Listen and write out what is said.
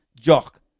jock